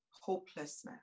hopelessness